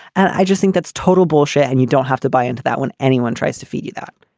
and i just think that's total bullshit. and you don't have to buy into that when anyone tries to feed you that.